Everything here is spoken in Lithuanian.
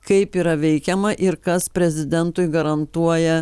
kaip yra veikiama ir kas prezidentui garantuoja